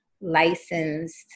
licensed